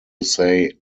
say